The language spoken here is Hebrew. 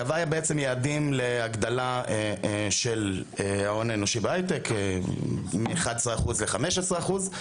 קבעה בעצם יעדים להגדלה של ההון האנושי בהייטק מ-11% ל-15%,